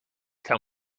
tell